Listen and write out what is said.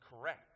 correct